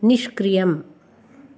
निष्क्रियम्